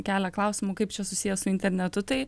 kelia klausimų kaip čia susiję su internetu tai